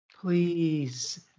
Please